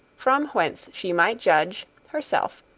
from whence she might judge, herself,